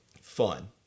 Fun